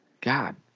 God